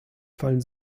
fallen